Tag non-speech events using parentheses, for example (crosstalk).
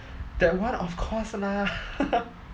that one of course lah (laughs)